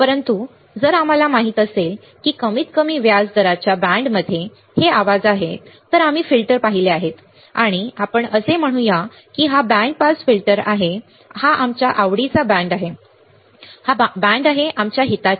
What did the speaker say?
परंतु जर आम्हाला माहित असेल की कमीतकमी व्याज दराच्या बँडमध्ये हे आवाज आहेत तर आम्ही फिल्टर पाहिले आहेत आणि आपण असे म्हणूया की हा बँड पास फिल्टर आहे हा आमच्या आवडीचा बँड आहे हा बँड आहे आमच्या हिताचे